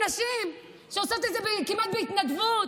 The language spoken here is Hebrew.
נשים שעושות את זה כמעט בהתנדבות,